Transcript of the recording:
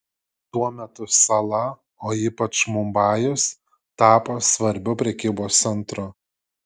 tuo metu sala o ypač mumbajus tapo svarbiu prekybos centru